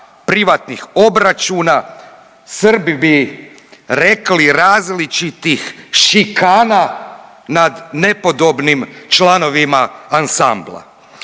privatnih obračuna, Srbi bi rekli različitih šikana nad nepodobnim članovima ansambla.